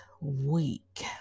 week